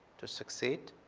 to succeed.